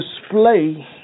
display